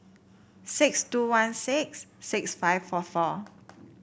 six two one six six five four four